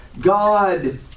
God